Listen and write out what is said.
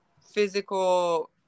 physical